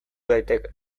daiteke